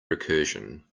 recursion